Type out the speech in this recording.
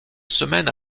semaine